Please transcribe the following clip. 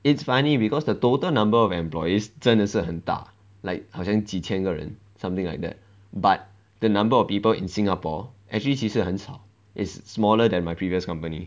it's funny because the total number of employees 真的是很大 like 好像几千个人 something like that but the number of people in singapore actually 其实很少 is smaller than my previous company